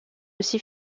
aussi